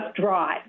drive